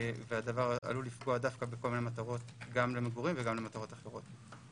והדבר עלול לפגוע דווקא בכל מיני מטרות גם למגורים ולגם למטרות אחרות.